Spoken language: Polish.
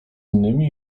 innymi